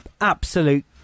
absolute